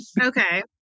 okay